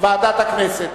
ועדת הכנסת.